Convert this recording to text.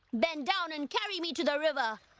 bend down and carry me to the river.